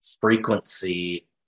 frequency